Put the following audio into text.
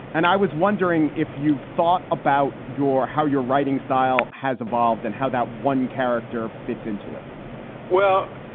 and i was wondering if you've thought about your how your writing style has evolved and how that one character fits into it well,